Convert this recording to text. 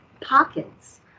pockets